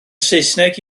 saesneg